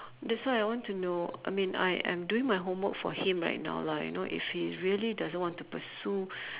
that's why I want to know I mean I am doing my homework for him right now lah you know if he really doesn't want to pursue